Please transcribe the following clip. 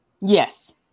Yes